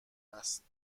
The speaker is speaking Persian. است